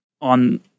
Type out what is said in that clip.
on